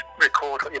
record